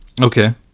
Okay